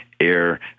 Air